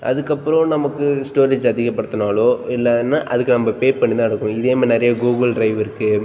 அதுக்கப்புறம் நமக்கு ஸ்டோரேஜ் அதிகப்படுத்தினாலோ இல்லைன்னா அதுக்கு நம்ம பே பண்ணி தான் எடுக்கணும் இதே மாதிரி நிறைய கூகுள் ட்ரைவ் இருக்குது